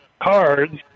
cards